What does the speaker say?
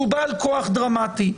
שהוא בעל כוח דרמטי.